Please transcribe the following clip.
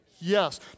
Yes